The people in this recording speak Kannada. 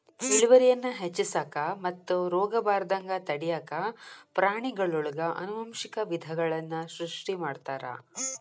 ಇಳುವರಿಯನ್ನ ಹೆಚ್ಚಿಸಾಕ ಮತ್ತು ರೋಗಬಾರದಂಗ ತಡ್ಯಾಕ ಪ್ರಾಣಿಗಳೊಳಗ ಆನುವಂಶಿಕ ವಿಧಗಳನ್ನ ಸೃಷ್ಟಿ ಮಾಡ್ತಾರ